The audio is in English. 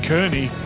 Kearney